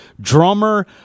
drummer